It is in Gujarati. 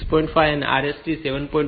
5 અને RST 7